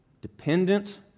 dependent